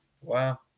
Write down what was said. Wow